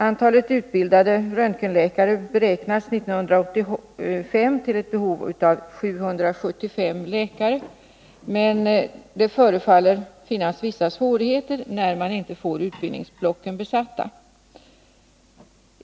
Behovet av röntgenläkare beräknas för 1985 till 775, men det förefaller finnas vissa svårigheter att nå det målet när man inte får utbildningsblocken besatta.